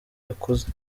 yakuze